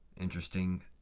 Interesting